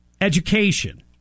Education